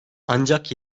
ancak